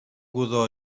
godó